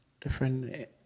different